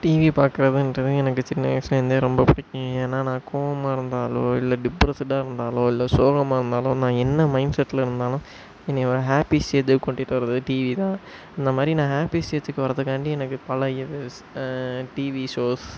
TV பாக்கிறதுன்றது எனக்கு சின்ன வயசுலேருந்தே ரொம்ப பிடிக்கும் ஏன்னா நான் கோவமாக இருந்தாலோ இல்லை டிப்பரெஸ்ஸுடா இருந்தாலோ இல்லை சோகமாக இருந்தாலோ நான் என்ன மைண்ட்செட்டில் இருந்தாலும் என்னை ஒரு ஹேப்பி விஷயத்துக் கூட்டிகிட்டு வரது டிவி தான் இந்த மாதிரி நான் ஹேப்பி விஷயத்துக்கு வரதுக்காண்டி எனக்கு பல இது டிவி ஷோஸ்